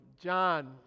John